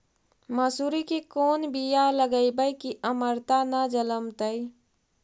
मसुरी के कोन बियाह लगइबै की अमरता न जलमतइ?